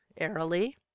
airily